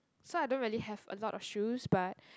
so I don't really have a lot of shoes but